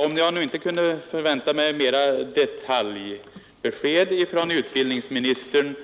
Även om jag inte kunde förvänta mig mera detaljerade besked från utbildningsministern